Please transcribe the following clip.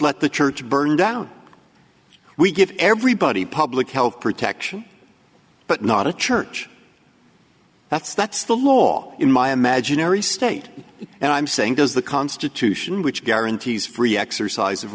let the church burn down we give everybody public health protection but not a church that's that's the law in my imaginary state and i'm saying does the constitution which guarantees free exercise of